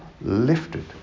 lifted